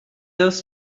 those